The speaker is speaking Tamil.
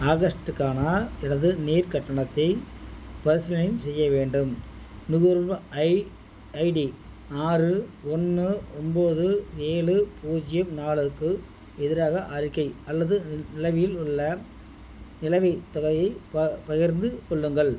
ஆகஸ்ட்டுக்கான எனது நீர் கட்டணத்தை பரிசீலனை செய்ய வேண்டும் நுகர்வோர் ஐ ஐடி ஆறு ஒன் ஒன்போது ஏழு பூஜ்யம் நாலுக்கு எதிராக அறிக்கை அல்லது நிலவையில் உள்ள நிலவைத் தொகையைப் ப பகிர்ந்து கொள்ளுங்கள்